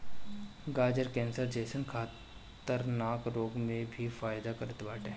गाजर कैंसर जइसन खतरनाक रोग में भी फायदा करत बाटे